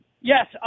Yes